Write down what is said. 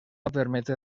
permetre